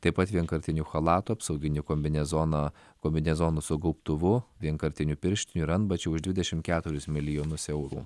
taip pat vienkartinių chalatų apsauginių kombinezonų kombinezonų su gaubtuvu vienkartinių pirštinių ir ant bačių už dvidešimt keturis milijonus eurų